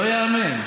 לא ייאמן.